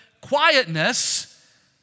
quietness